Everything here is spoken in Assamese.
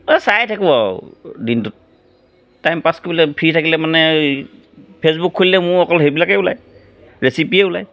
চায়ে থাকোঁ আৰু দিনটোত টাইম পাছ কৰিবলৈ ফ্ৰী থাকিলে মানে ফেচবুক খুলিলে মোৰ অকল সেইবিলাকে ওলায় ৰেচিপিয়ে ওলায়